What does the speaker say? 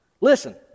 Listen